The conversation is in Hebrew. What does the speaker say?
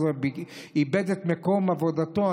הוא איבד את מקום עבודתו,